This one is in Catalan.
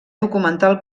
documental